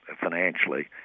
financially